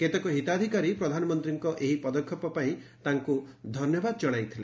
କେତେକ ହିତାଧିକାରୀ ପ୍ରଧାନମନ୍ତ୍ରୀଙ୍କ ଏହି ପଦକ୍ଷେପ ପାଇଁ ତାଙ୍କୁ ଧନ୍ୟବାଦ ଜଣାଇଥିଲେ